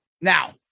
Now